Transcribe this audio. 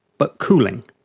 but cooling.